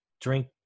drink